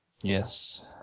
Yes